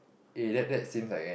eh that that seems like an